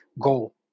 goal